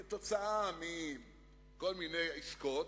כתוצאה מכל מיני עסקאות,